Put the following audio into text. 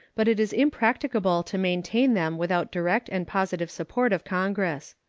but it is impracticable to maintain them without direct and positive support of congress.